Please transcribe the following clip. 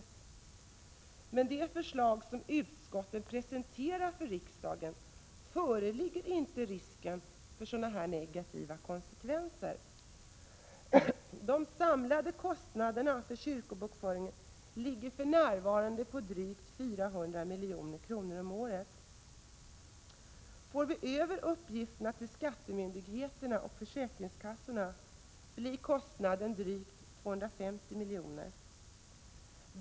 Med det förslag som utskottet presenterar för riksdagen föreligger inte risken för sådana negativa konsekvenser. De samlade kostnaderna för kyrkobokföringen ligger för närvarande på drygt 400 milj.kr. om året. För vi över uppgifterna till skattemyndigheterna , och försäkringskassorna blir kostnaden drygt 250 milj.kr. om året.